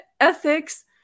ethics